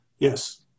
Yes